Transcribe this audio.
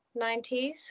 90s